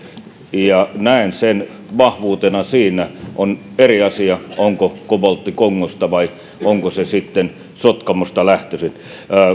ja näen sen vahvuutena on eri asia onko koboltti kongosta vai onko se sitten sotkamosta lähtöisin